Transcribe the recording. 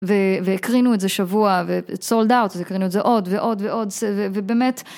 והקרינו את זה שבוע, ו-sold out, אז הקרינו את זה עוד, ועוד, ועוד, ובאמת...